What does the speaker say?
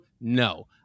No